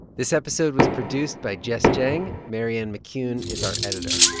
this episode was produced by jess jiang. marianne mccune is our editor.